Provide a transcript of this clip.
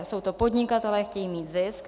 Jsou to podnikatelé, chtějí mít zisk.